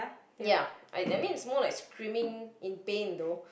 ya I I mean it's more like screaming in pain though